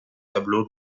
tableaux